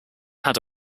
had